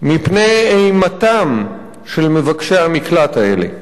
מפני אימתם של מבקשי המקלט האלה.